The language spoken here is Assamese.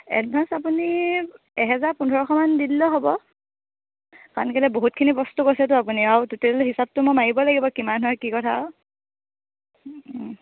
এডভা্ঞ্চ আপুনি এহেজাৰ পোন্ধৰশমান দিলেও হ'ব কাৰণ কেলৈ বহুতখিনি বস্তু কৈছেতো আপুনি আৰু ট'টেল হিচাপটো মই মাৰিব লাগিব কিমান হয় কি কথা আৰু